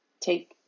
take